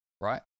right